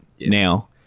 Now